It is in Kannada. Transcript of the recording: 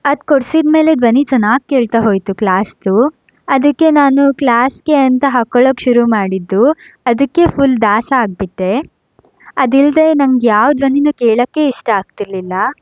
ಅದು ಕೊಡಿಸಿದ ಮೇಲೆ ಧ್ವನಿ ಚೆನ್ನಾಗಿ ಕೇಳ್ತಾ ಹೋಯಿತು ಕ್ಲಾಸ್ದು ಅದಕ್ಕೆ ನಾನು ಕ್ಲಾಸ್ಗೆ ಅಂತ ಹಾಕೊಳೋಕ್ಕೆ ಶುರು ಮಾಡಿದ್ದು ಅದಕ್ಕೆ ಫುಲ್ ದಾಸ ಆಗಿಬಿಟ್ಟೆ ಅದಿಲ್ಲದೆ ನನಗೆ ಯಾವ ಧ್ವನಿಯೂ ಕೇಳೋಕ್ಕೇ ಇಷ್ಟ ಆಗ್ತಿರ್ಲಿಲ್ಲ